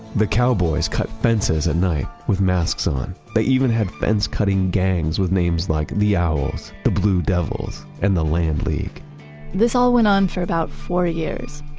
the cowboys cut fences at night with masks on. they but even had fence cutting gangs with names like, the owls, the blue devils and the land league this all went on for about four years.